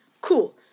cool